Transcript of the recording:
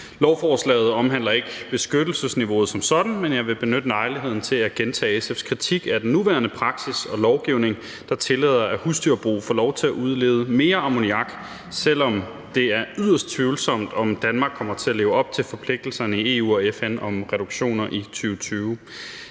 Lovforslaget omhandler ikke beskyttelsesniveauet som sådan, men jeg vil benytte lejligheden til at gentage SF's kritik af den nuværende praksis og lovgivning, der tillader, at husdyrbrug får lov til at udlede mere ammoniak, selv om det er yderst tvivlsomt, om Danmark kommer til at leve op til forpligtelserne i EU og FN om reduktioner i 2020.